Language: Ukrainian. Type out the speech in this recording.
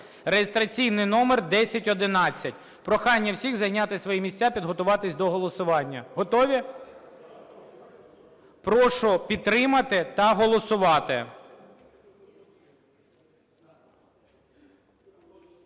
(реєстраційний номер 1011). Прохання всіх зайняти свої місця, підготуватись до голосування. Готові? Прошу підтримати та голосувати.